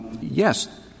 yes